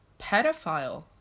pedophile